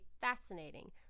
fascinating